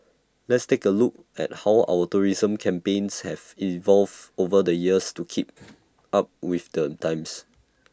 let's take A look at how our tourism campaigns have evolved over the years to keep up with the times